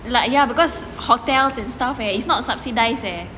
like ya because hotels and stuff and it's not subsidised eh